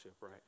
right